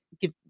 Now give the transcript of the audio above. give